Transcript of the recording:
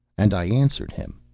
and i answered him,